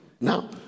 Now